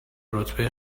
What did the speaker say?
رتبه